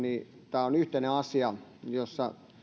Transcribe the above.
tämä on yhteinen asia jossa